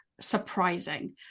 surprising